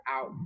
out